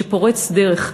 שפורץ דרך.